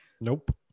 Nope